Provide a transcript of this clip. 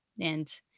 and-